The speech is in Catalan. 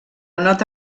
nota